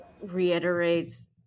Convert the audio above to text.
reiterates